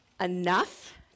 enough